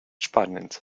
spaniens